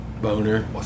Boner